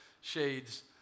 shades